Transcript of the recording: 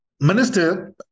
minister